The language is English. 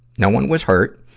no one was hurt.